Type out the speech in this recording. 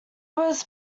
was